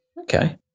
Okay